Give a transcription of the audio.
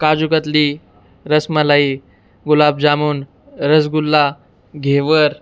काजूकतली rasmalai gulab jamun rasgulla घेवर